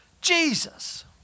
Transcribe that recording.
Jesus